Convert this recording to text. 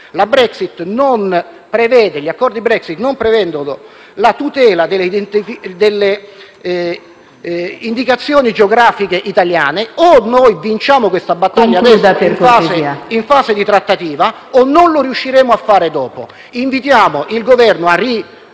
Brexit, perché gli accordi Brexit non prevedono la tutela delle indicazioni geografiche italiane: se non vinciamo questa battaglia in fase di trattativa non riusciremo a farlo dopo. Invitiamo pertanto il Governo a valutare